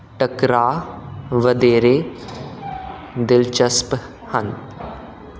ਟਕਰਾਅ ਵਧੇਰੇ ਦਿਲਚਸਪ ਹਨ